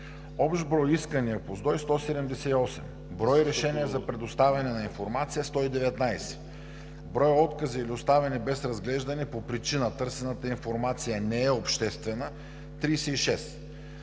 информация – 178; брой решения за предоставяне на информация – 119; брой откази или оставени без разглеждане по причина – търсената информация не е обществена – 36;